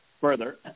Further